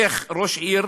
איך ראש עיר